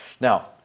Now